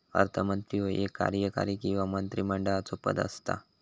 अर्थमंत्री ह्यो एक कार्यकारी किंवा मंत्रिमंडळाचो पद असता